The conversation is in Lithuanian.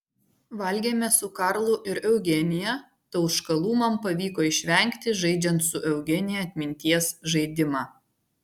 valgėme su karlu ir eugenija tauškalų man pavyko išvengti žaidžiant su eugenija atminties žaidimą